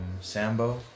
Sambo